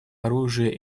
оружие